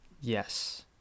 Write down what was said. yes